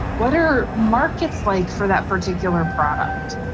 what are markets like for that particular product?